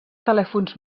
telèfons